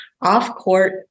off-court